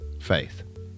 faith